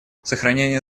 сохранение